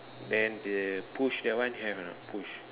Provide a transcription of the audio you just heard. then the push that one have or not push